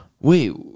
wait